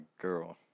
girl